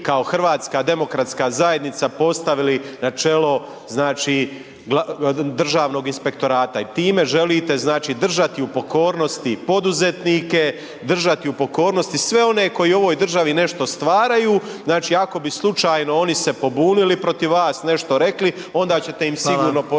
ste vi kao HDZ postavili na čelo Državnog inspektorata i time želite držati u pokornosti poduzetnike, držati u pokornosti sve one koji u ovoj državi nešto stvaraju, znači ako bi slučajno oni se pobunili protiv vas, nešto rekli onda ćete im sigurno poslati